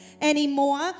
anymore